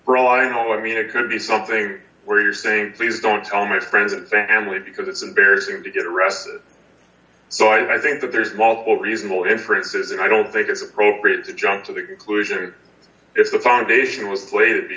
in all i mean it could be something where you're saying please don't tell my friends and family because it's embarrassing to get arrested so i think that there's multiple reasonable inferences and i don't think it's appropriate to jump to the conclusion if the foundation was slated